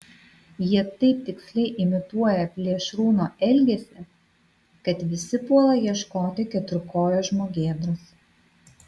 jie taip tiksliai imituoja plėšrūno elgesį kad visi puola ieškoti keturkojo žmogėdros